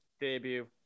debut